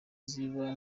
ziba